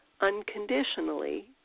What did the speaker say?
unconditionally